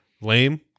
lame